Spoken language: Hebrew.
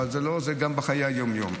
אבל זה גם בחיי היום-יום.